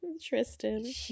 Tristan